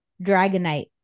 Dragonite